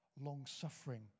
long-suffering